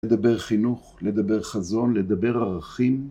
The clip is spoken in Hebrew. לדבר חינוך, לדבר חזון, לדבר ערכים.